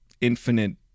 infinite